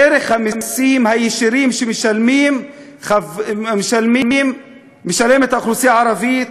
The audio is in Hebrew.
1. ערך המסים הישירים שמשלמת האוכלוסייה הערבית,